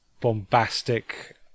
bombastic